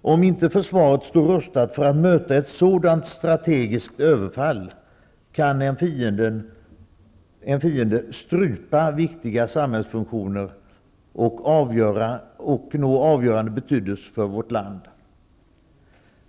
Om inte försvaret står rustat för att möta ett sådant strategiskt överfall, kan en fiende strypa viktiga samhällsfunktioner av avgörande betydelse för vårt land.